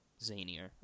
zanier